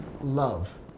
love